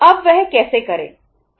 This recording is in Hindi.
अब वह कैसे करें